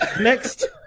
next